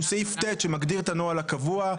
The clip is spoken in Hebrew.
הוא סעיף (ט) שמגדיר את הנוהל הקבוע,